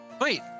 wait